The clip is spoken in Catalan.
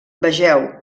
vegeu